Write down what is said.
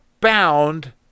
bound